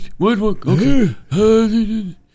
Okay